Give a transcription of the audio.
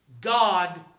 God